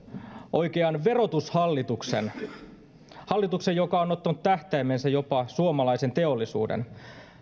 oikean verotushallituksen hallituksen joka on ottanut tähtäimeensä jopa suomalaisen teollisuuden